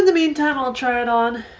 meantime i'll try it on